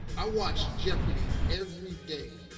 i watched jeopardy every day.